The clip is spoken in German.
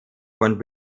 von